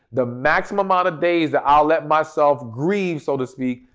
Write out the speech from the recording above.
the maximum amount of days that i'll let myself grieve so to speak,